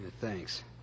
Thanks